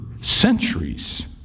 centuries